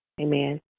Amen